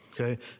Okay